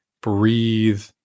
breathe